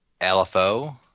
LFO